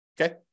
Okay